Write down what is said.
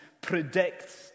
predicts